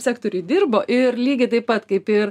sektoriuj dirbo ir lygiai taip pat kaip ir